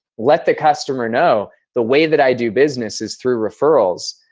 let the customer know. the way that i do business is through referrals.